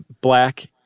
black